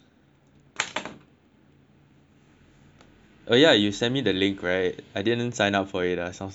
oh yeah you sent me the link right I didn't sign up for it that sounds like bullshit